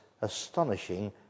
astonishing